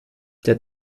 der